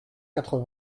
quatre